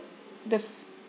the